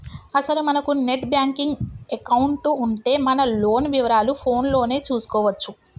అసలు మనకు net banking account ఉంటే మన లోన్ వివరాలు ఫోన్ లోనే చూసుకోవచ్చు